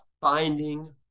finding